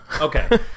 Okay